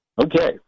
Okay